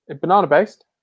banana-based